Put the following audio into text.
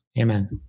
Amen